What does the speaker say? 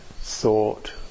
thought